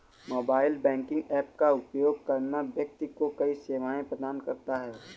mobile banking app का उपयोग करना व्यक्ति को कई सेवाएं प्रदान करता है